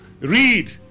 Read